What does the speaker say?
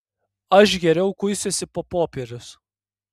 aš geriau kuisiuosi po popierius